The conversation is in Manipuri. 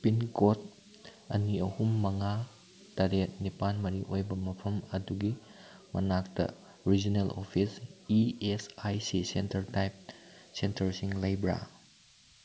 ꯄꯤꯟꯀꯣꯗ ꯑꯅꯤ ꯑꯍꯨꯝ ꯃꯉꯥ ꯇꯔꯦꯠ ꯅꯤꯄꯥꯜ ꯃꯔꯤ ꯑꯣꯏꯕ ꯃꯐꯝ ꯑꯗꯨꯒꯤ ꯃꯅꯥꯛꯇ regional office E S I C centre type ꯁꯦꯟꯇꯔꯁꯤꯡ ꯂꯩꯕ꯭ꯔꯥ